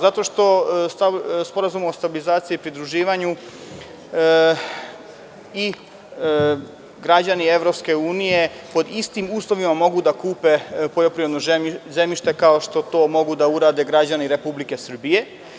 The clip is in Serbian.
Zato što Sporazum o stabilizaciji i pridruživanju i građani EU pod istim uslovima mogu da kupe poljoprivredno zemljište kao što to mogu da urade građani Republike Srbije.